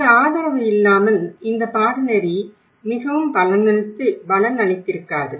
இந்த ஆதரவு இல்லாமல் இந்த பாடநெறி மிகவும் பலனளித்திருக்காது